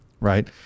Right